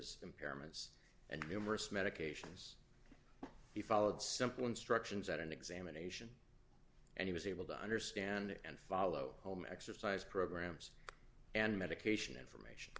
his impairments and numerous medications he followed simple instructions at an examination and he was able to understand and follow home exercise programs and medication information